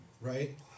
Right